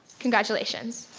congratulations.